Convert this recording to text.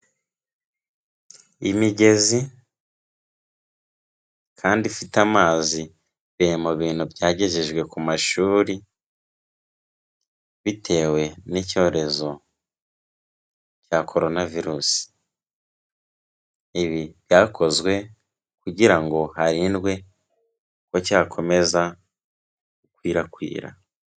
Imigezi kandi ifite amazi, biri mu bintu byagejejwe ku mashuri, bitewe n'icyorezo cya Korona virusi, ibi byakozwe kugira ngo harindwe ko cyakomeza gukwirakwira.